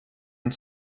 and